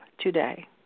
today